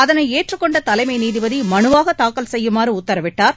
அதனை ஏற்றுக் கொண்ட தலைமை நீதிபதி மனுவாக தாக்கல் செய்யுமாறு உத்தரவிட்டார்